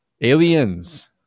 aliens